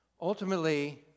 Ultimately